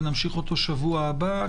ונמשיך אותו בשבוע הבא,